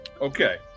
Okay